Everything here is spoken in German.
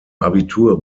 abitur